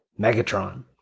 Megatron